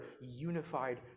unified